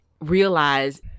realize